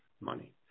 money